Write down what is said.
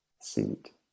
seat